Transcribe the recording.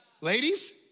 Ladies